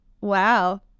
Wow